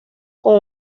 por